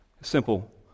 Simple